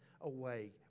away